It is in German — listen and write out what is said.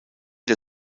der